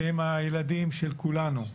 שהם הילדים של כולנו,